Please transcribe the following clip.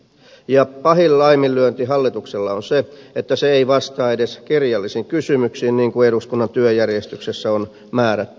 pahin laiminlyönti hallituksella on se että se ei vastaa edes kirjallisiin kysymyksiin niin kuin eduskunnan työjärjestyksessä on määrätty